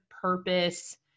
purpose